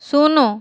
ଶୂନ୍